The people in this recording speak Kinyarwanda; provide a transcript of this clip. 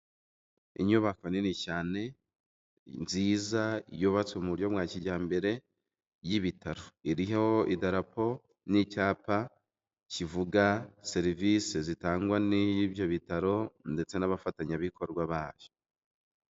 Inyubako nini cyane nziza yubatse mu buryo bwa kijyambere y'ibitaro, iriho idarapo n'icyapa kivuga serivisi zitangwa n'ibyo bitaro ndetse n'abafatanyabikorwa babyo.